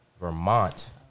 Vermont